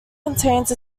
contains